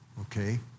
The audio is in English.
okay